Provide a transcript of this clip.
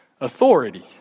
authority